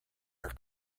are